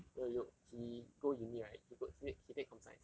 you know luke he go uni right he go he take he take com science